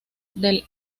del